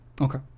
Okay